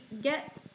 get